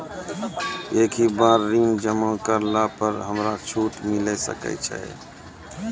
एक ही बार ऋण जमा करला पर हमरा छूट मिले सकय छै?